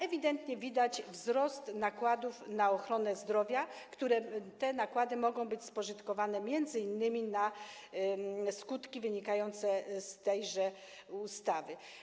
Ewidentnie widać wzrost nakładów na ochronę zdrowia, które to nakłady mogą być spożytkowane m.in. na skutki wynikające z tejże ustawy.